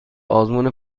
آزمون